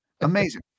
amazing